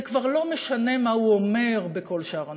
זה כבר לא משנה מה הוא אומר בכל שאר הנושאים.